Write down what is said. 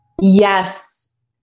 Yes